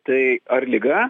tai ar liga